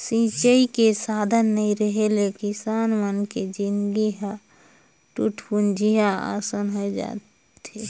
सिंचई के साधन नइ रेहे ले किसान मन के जिनगी ह टूटपुंजिहा असन होए जाथे